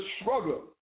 struggle